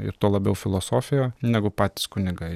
ir tuo labiau filosofiją negu patys kunigai